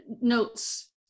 notes